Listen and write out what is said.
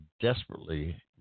desperately